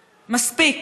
מספיק,